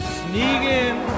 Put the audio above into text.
sneaking